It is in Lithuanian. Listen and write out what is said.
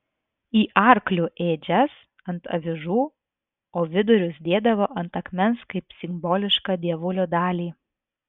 į arklių ėdžias ant avižų o vidurius dėdavo ant akmens kaip simbolišką dievulio dalį